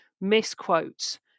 misquotes